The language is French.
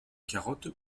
carottes